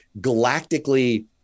galactically